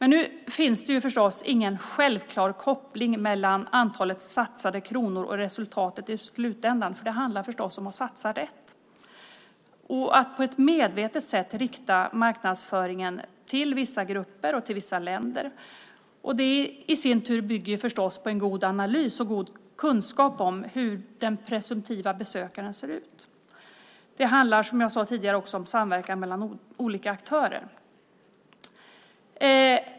Nu finns det förstås ingen självklar koppling mellan antalet satsade kronor och resultatet i slutändan eftersom det förstås handlar om att satsa rätt och att på ett medvetet sätt rikta marknadsföringen till vissa grupper och till vissa länder. Det i sin tur bygger förstås på en god analys och god kunskap om hur den presumtiva besökaren ser ut. Det handlar, som jag sade tidigare, också om samverkan mellan olika aktörer.